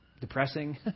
depressing